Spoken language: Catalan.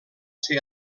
ser